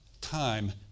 time